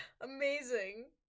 amazing